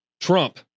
Trump